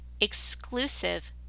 exclusive